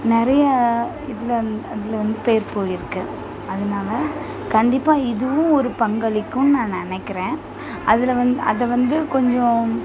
நிறைய இதில் இதில் வந்து பேர் போய்ருக்கு அதனால் கண்டிப்பாக இதுவும் ஒரு பங்களிக்கும்னு நான் நினைக்கிறேன் அதில் வந்து அதை வந்து கொஞ்சம்